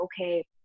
okay